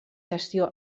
gestió